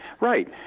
Right